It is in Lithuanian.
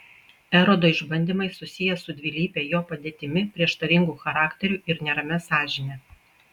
erodo išbandymai susiję su dvilype jo padėtimi prieštaringu charakteriu ir neramia sąžinę